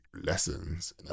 lessons